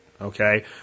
Okay